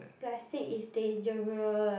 plastic is dangerous